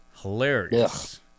Hilarious